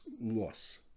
loss